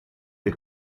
del